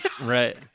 right